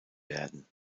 werden